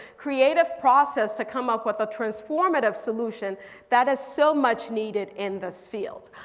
creative process to come up with a transformative solution that is so much needed in this field.